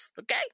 okay